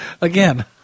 Again